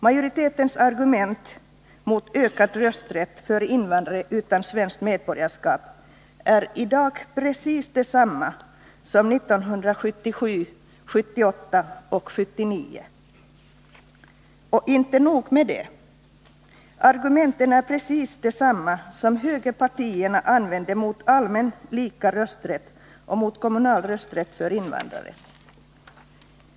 Majoritetens argument mot vidgad rösträtt för invandrare utan svenskt medborgarskap är i dag precis desamma som 1977, 1978 och 1979. Och inte nog med det: argumenten är precis desamma som högerpartierna använde mot allmän, lika rösträtt och mot rösträtt för invandrare i kommunalval.